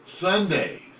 Sundays